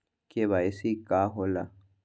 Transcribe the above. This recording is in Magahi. के.वाई.सी का होला?